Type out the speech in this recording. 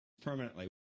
Permanently